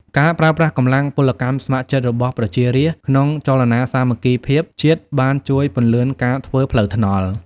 ការប្រើប្រាស់កម្លាំងពលកម្មស្ម័គ្រចិត្តរបស់ប្រជារាស្ត្រក្នុងចលនាសាមគ្គីភាពជាតិបានជួយពន្លឿនការធ្វើផ្លូវថ្នល់។